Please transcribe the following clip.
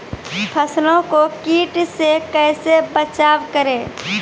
फसलों को कीट से कैसे बचाव करें?